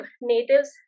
Natives